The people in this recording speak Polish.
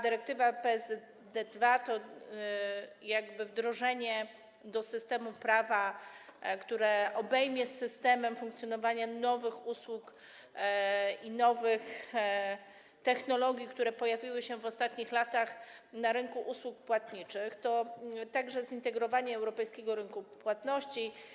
Dyrektywa PSD2 to wdrożenie do systemu prawa, które obejmie systemem funkcjonowanie nowych usług i nowych technologii, które pojawiły się w ostatnich latach na rynku usług płatniczych, to także zintegrowanie europejskiego rynku płatności.